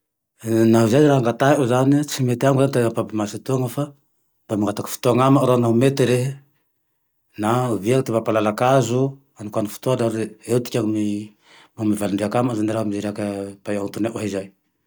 Naho zay raha angataio zane e tsy mety amako ty ampahabemaso etoa fa mba mangatake fotoa amao raho naho mete rehe na ovia ty mampalalake azo, anokano fotoany aho eo tikany amivali-driaky ane raho mirehake raha paia anontonia ao zay